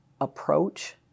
approach